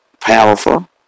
powerful